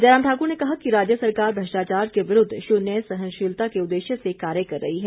जयराम ठाकुर ने कहा कि राज्य सरकार भ्रष्टाचार के विरूद्ध शून्य सहनशीलता के उद्देश्य से कार्य कर रही है